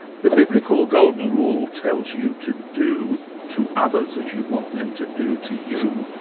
the biblical golden rule tells you to do to others as you want them to do to you.